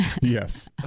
Yes